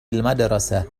المدرسة